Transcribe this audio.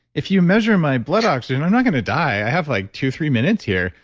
if you measure my blood oxygen, i'm not going to die. i have like two, three minutes here.